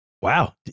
Wow